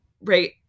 right